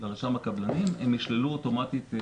לרשם הקבלנים הם ישללו אוטומטית את